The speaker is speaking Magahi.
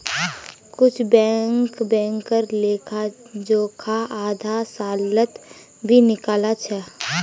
कुछु बैंक बैंकेर लेखा जोखा आधा सालत भी निकला छ